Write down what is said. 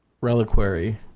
reliquary